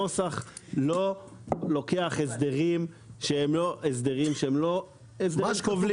נוסח לא לוקח הסדרים שהם לא הסדרים כובלים.